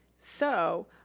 so